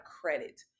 credit